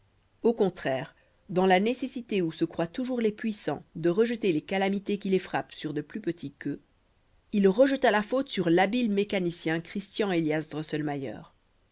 au contraire dans la nécessité où se croient toujours les puissants de rejeter les calamités qui les frappent sur de plus petits qu'eux il rejeta la faute sur l'habile mécanicien